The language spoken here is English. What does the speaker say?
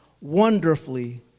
wonderfully